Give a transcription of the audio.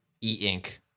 e-ink